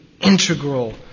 integral